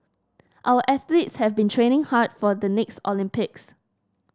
our athletes have been training hard for the next Olympics